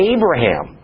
Abraham